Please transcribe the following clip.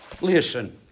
Listen